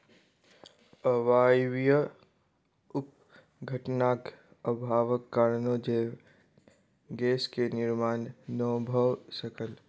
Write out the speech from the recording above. अवायवीय अपघटनक अभावक कारणेँ जैव गैस के निर्माण नै भअ सकल